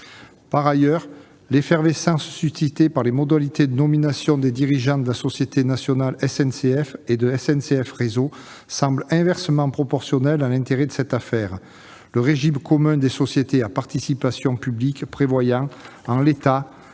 Par ailleurs, l'effervescence suscitée par les modalités de nomination des dirigeants de la société nationale SNCF et de SNCF Réseau semble inversement proportionnelle à l'intérêt de cette affaire. En effet, en l'état, le régime commun des sociétés à participation publique prévoit que